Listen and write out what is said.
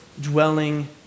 dwelling